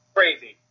Crazy